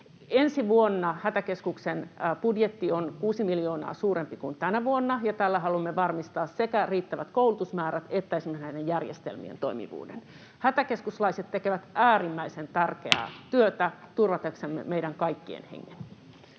Ensi vuonna Hätäkeskuksen budjetti on 6 miljoonaa suurempi kuin tänä vuonna, ja tällä haluamme varmistaa sekä riittävät koulutusmäärät että esimerkiksi näiden järjestelmien toimivuuden. Hätäkeskuslaiset tekevät äärimmäisen tärkeää työtä turvataksemme meidän kaikkien hengen.